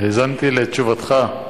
האזנתי לתשובתך.